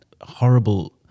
horrible